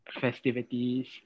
festivities